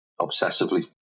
obsessively